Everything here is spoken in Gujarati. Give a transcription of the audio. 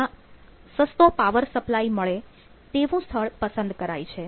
જ્યાં સસ્તો પાવર સપ્લાય મળે તેવું સ્થળ પસંદ કરાય છે